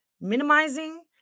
minimizing